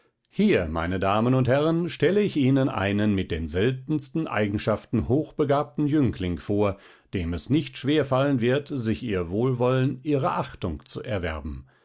hier meine damen und herren stelle ich ihnen einen mit den seltensten eigenschaften hochbegabten jüngling vor dem es nicht schwer fallen wird sich ihr wohlwollen ihre achtung zu erwerben